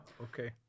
Okay